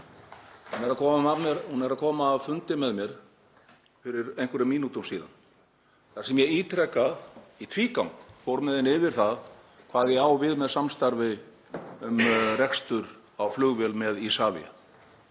Hún var að koma af fundi með mér fyrir einhverjum mínútum síðan þar sem ég fór ítrekað, í tvígang, yfir það með henni hvað ég á við með samstarfi um rekstur á flugvél með Isavia.